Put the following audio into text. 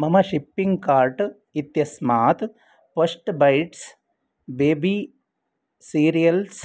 मम shipping cart इत्यस्मात् first bites baby cereals